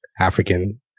African